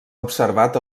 observat